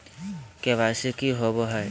KYC की होबो है?